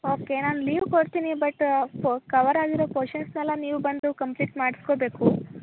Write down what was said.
okay ನಾನು leave ಕೊಡ್ತೀನಿ but ಪೋ ಕವರಾಗಿರೋ ಪೋರ್ಷನ್ಸ್ನೆಲ್ಲ ನೀವು ಬಂದು ಕಂಪ್ಲೀಟ್ ಮಾಡ್ಸ್ಕೋಬೇಕು